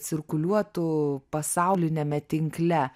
cirkuliuotų pasauliniame tinkle